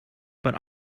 but